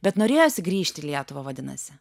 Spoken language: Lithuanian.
bet norėjosi grįžt į lietuvą vadinasi